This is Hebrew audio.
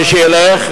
מי שילך,